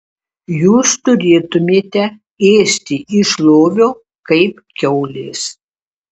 jūs turėtumėte ėsti iš lovio kaip kiaulės